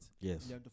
yes